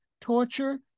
torture